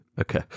okay